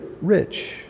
rich